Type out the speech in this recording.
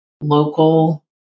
local